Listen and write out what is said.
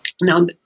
Now